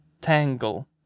Tangle